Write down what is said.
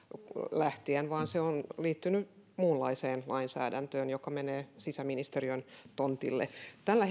lähtien vaan se on liittynyt muunlaiseen lainsäädäntöön joka menee sisäministeriön tontille tällä